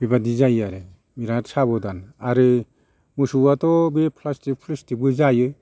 बेबायदि जायो आरो बिराद साबधान आरो मोसौआथ' बे फ्लास्टिक फ्लुस्टिकबो जायो